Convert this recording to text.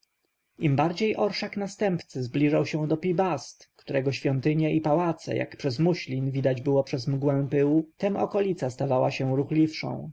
im bardziej orszak następcy zbliżał się do pi-bast którego świątynie i pałace jak przez muślin widać było przez mgłę pyłu tem okolica stawała się ruchliwszą